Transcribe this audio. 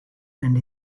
and